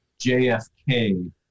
JFK